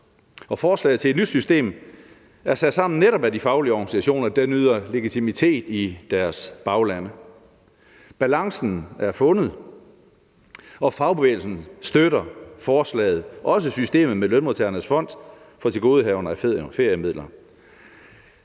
forslaget til et nyt system er sat sammen af netop de faglige organisationer, der nyder legitimitet for det i deres baglande. Balancen er fundet, og fagbevægelsen støtter forslaget, også systemet med lønmodtagernes fond for tilgodehavender af feriemidler.